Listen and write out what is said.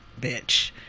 bitch